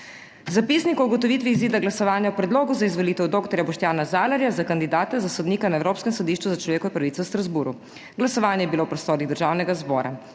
Zapisnik o ugotovitvi izida glasovanja o Predlogu za izvolitev dr. Boštjana Zalarja za kandidata za sodnika na Evropskem sodišču za človekove pravice v Strasbourgu. Glasovanje je bilo v prostorih Državnega zbora.